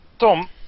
Tom